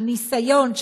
של ניסיון,